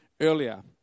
earlier